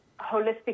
holistic